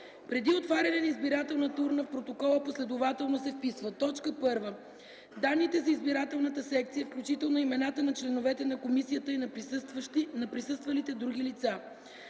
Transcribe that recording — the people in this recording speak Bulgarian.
Преди отваряне на избирателната урна в протокола последователно се вписват: 1. данните за избирателната секция, включително имената на членовете на комисията и на присъствалите други лица;